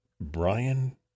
Brian